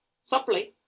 supply